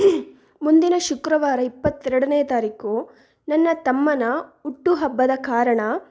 ಮುಂದಿನ ಶುಕ್ರವಾರ ಇಪ್ಪತ್ತೆರಡನೇ ತಾರೀಖು ನನ್ನ ತಮ್ಮನ ಹುಟ್ಟು ಹಬ್ಬದ ಕಾರಣ